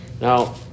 Now